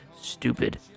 stupid